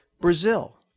Brazil